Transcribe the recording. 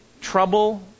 trouble